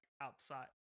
outside